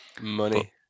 Money